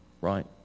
Right